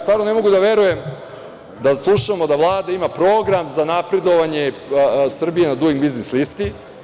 Stvarno ne mogu da verujem da slušamo da Vlada ima program za napredovanje Srbije na Dunig biznis listi.